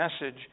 message